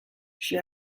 she